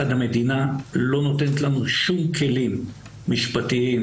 המדינה לא נותנת לנו שום כלים משפטיים,